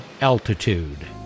altitude